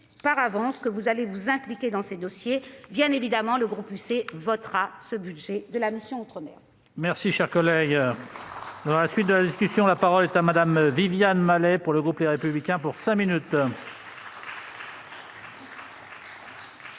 ministre, que vous allez vous impliquer dans ces dossiers. Bien évidemment, le groupe UC votera les crédits de la mission outre-mer.